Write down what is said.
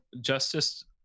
justice